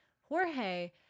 Jorge